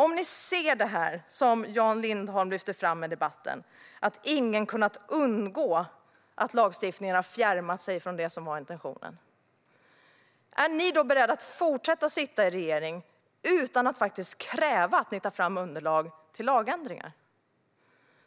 Om ni ser det som Jan Lindholm lyfte fram i debatten, att ingen har kunnat undgå att lagstiftningen har fjärmat sig från det som var intentionen, är ni då beredda att fortsätta sitta i regeringen utan att kräva att underlag till lagändringar